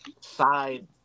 side